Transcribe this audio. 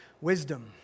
wisdom